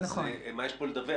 אז מה יש פה לדווח?